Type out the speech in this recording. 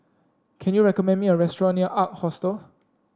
can you recommend me a restaurant near Ark Hostel